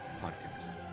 Podcast